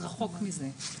רחוק מזה,